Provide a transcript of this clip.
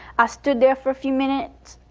i stood there for a few minutes.